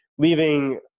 Leaving